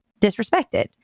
disrespected